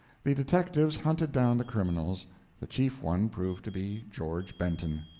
the detectives hunted down the criminals the chief one proved to be george benton.